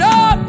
up